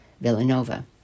Villanova